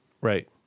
Right